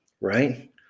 right